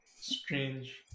Strange